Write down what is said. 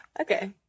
Okay